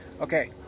Okay